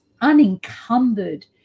unencumbered